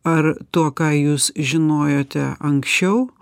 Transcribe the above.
ar tuo ką jūs žinojote anksčiau